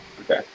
Okay